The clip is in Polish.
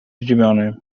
zdziwiony